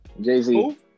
Jay-Z